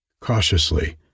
Cautiously